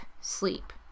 sleep